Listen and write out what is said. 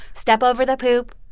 step over the poop.